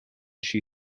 she